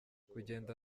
kugenda